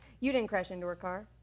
you didn't crash into her car.